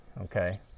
Okay